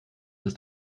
ist